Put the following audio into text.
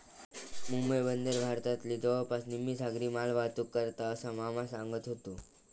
मुंबई बंदर भारतातली जवळपास निम्मी सागरी मालवाहतूक करता, असा मामा सांगत व्हतो